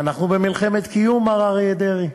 ואנחנו במלחמת קיום, מר אריה דרעי.